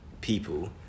people